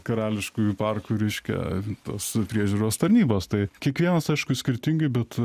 karališkųjų parkų reiškia tos priežiūros tarnybos tai kiekvienas aišku skirtingai bet